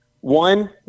one